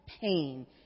pain